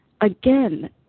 again